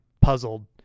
puzzled